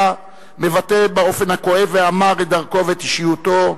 מבטא באופן הכואב והמר את דרכו ואת אישיותו,